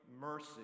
mercy